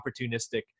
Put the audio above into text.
opportunistic